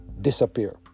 disappear